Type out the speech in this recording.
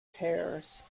pairs